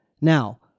Now